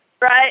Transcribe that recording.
Right